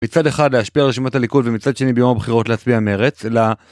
מצד אחד להשפיע על רשימת הליכוד ומצד שני ביום הבחירות להצביע מרצ ל...